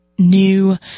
New